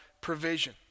provision